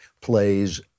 plays